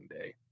day